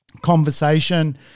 conversation